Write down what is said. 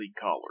collar